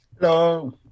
Hello